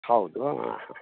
ಹೌದು ಹಾಂ ಹಾಂ